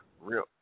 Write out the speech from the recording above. Real